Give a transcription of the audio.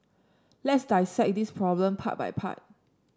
let's dissect this problem part by part